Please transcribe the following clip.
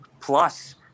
Plus